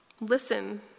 Listen